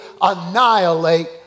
annihilate